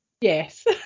yes